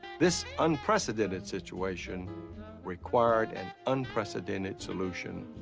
this unprecedented situation required and unprecedented solution.